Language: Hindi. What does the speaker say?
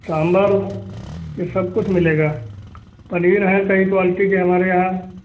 सांबर ई सब कुछ मिलेगा पनीर है कई क्वालिटी के हमारे यहाँ